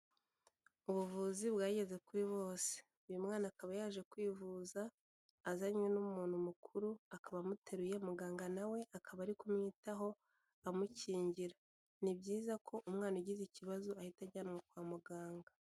Ubuvuzi bwageze kuri bose. Uyu mwana akaba yaje kwivuza azanywe n'umuntu mukuru akaba amuteruye, muganga nawe akaba ari kumwitaho amukingira. Ni byiza ko umwana ugize ikibazo ahita ajyanwa kwa muganga.